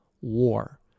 War